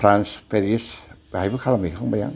France Paris बेहायबो खालामहैखांबाय आं